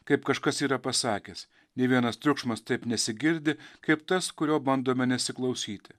kaip kažkas yra pasakęs nei vienas triukšmas taip nesigirdi kaip tas kurio bandome nesiklausyti